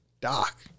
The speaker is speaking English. doc